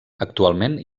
actualment